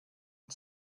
and